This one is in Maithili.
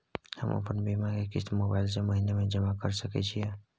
हम अपन बीमा के किस्त मोबाईल से महीने में जमा कर सके छिए?